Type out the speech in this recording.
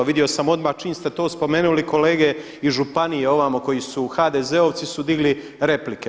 Vidio sam odmah čim ste to spomenuli kolege iz županije ovdje koji su HDZ-ovci su digli replike.